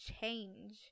change